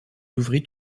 ouvrit